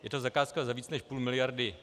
Je to zakázka za více než půl miliardy.